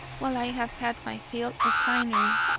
while i have had my fill of finery.